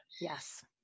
yes